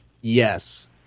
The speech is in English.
Yes